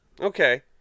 Okay